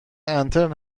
انترن